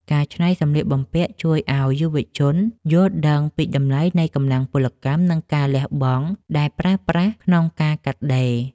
ការកែច្នៃសម្លៀកបំពាក់ជួយឱ្យយុវជនយល់ដឹងពីតម្លៃនៃកម្លាំងពលកម្ម និងការលះបង់ដែលប្រើប្រាស់ក្នុងការកាត់ដេរ។